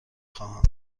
خواهم